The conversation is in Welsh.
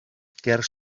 ger